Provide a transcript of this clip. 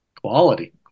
Quality